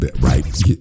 right